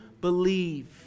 believe